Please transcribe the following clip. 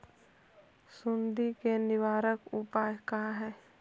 सुंडी के निवारक उपाय का हई?